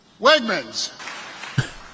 Wegmans